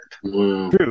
True